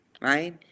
right